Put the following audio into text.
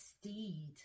steed